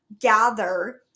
gather